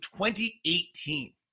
2018